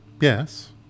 yes